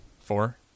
Four